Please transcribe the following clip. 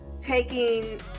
taking